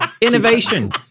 innovation